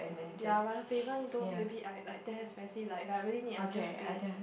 ya I rather pay even though maybe I damn expensive like if I really need I will just pay